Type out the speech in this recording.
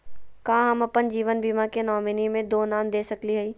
का हम अप्पन जीवन बीमा के नॉमिनी में दो नाम दे सकली हई?